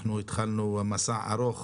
התחלנו מסע ארוך